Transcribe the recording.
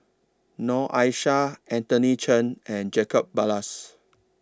Noor Aishah Anthony Chen and Jacob Ballas